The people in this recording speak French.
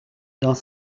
dans